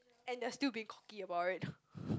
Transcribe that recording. and they're still being cocky about it